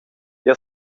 jeu